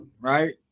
right